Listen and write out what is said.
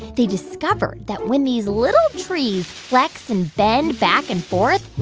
they discovered that when these little trees flex and bend back and forth,